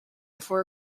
before